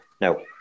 No